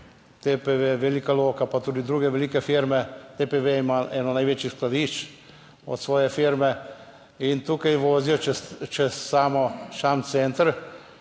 TPV Velika Loka, pa tudi druge velike firme. TPV ima eno največjih skladišč od svoje firme in tukaj vozijo čez samo sam center